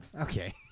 Okay